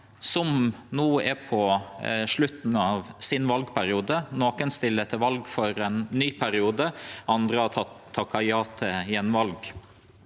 som no er på slutten av sin valperiode. Nokre stiller til val for ein ny periode, har takka ja til attval.